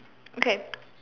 okay